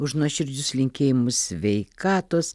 už nuoširdžius linkėjimus sveikatos